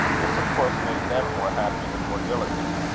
this of course made them more happy and more diligent.